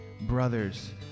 Brothers